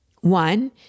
One